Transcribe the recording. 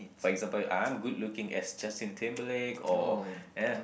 for example I'm good looking as Justin Timberlake or ya